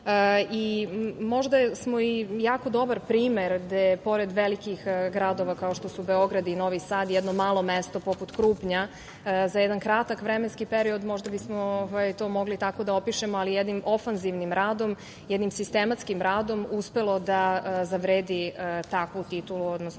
i možda smo i jako dobar primer, gde pored velikih gradova kao što su Beograd, Novi Sad, jedno malo mesto poput Krupnja, za jedan kratak vremenski period možda bismo to mogli tako da opišemo, ali jednim ofanzivnim radom, jednim sistematskim radim, uspelo da zavredi takvu titulu, odnosno